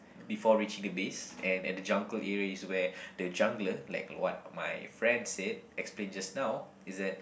before reaching the base and at the jungle area is where the jungler like what my friend said explain just now is that